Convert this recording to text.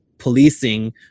policing